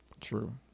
true